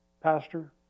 Pastor